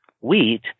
wheat